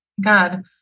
God